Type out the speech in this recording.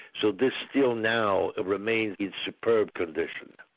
so this still now remained in superb condition.